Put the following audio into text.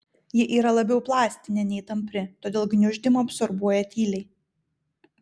ji yra labiau plastinė nei tampri todėl gniuždymą absorbuoja tyliai